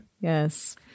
Yes